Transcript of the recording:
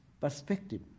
perspective